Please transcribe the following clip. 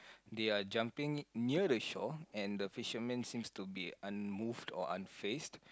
they are jumping near the shore and the fishermen seems to be unmoved or unfazed